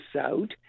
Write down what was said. out